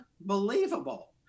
unbelievable